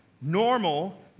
Normal